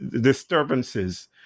disturbances